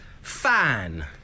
Fan